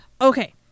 Okay